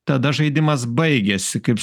tada žaidimas baigiasi kaip